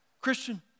Christian